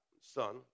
son